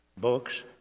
books